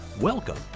Welcome